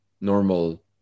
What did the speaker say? normal